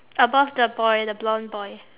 above the boy the blonde boy